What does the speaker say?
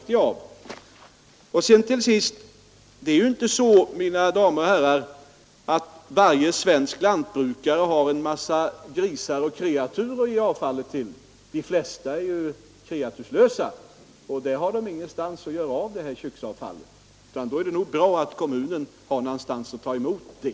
Till sist: Det är inte så, mina damer och herrar, att varje svensk lantbrukare har en massa grisar och kreatur att ge avfallet till. Många jordbruk är ju kreaturslösa, och på sådana jordbruk har man ingenstans att göra sig av med köksavfallet. I sådana fall är det nog bra att kommunen tar hand om avfallet.